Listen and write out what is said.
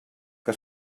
que